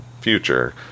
future